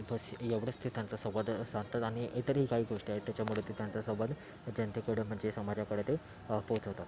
बस एवढंच ते त्यांचा संवाद साधतात आणि इतरही काही गोष्टी आहेत त्याच्यामुळं ते त्यांचा संवाद जनतेकडून म्हणजे समाजाकडे ते पोचवतात